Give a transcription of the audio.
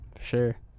sure